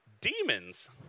demons